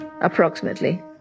approximately